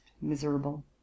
miserable